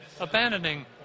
abandoning